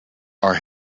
are